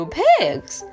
pigs